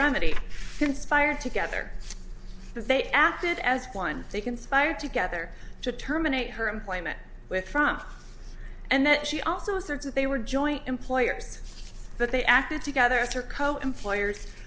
remedy conspired together they acted as one they conspired together to terminate her employment with from and then she also said that they were joint employers but they acted together as her co employers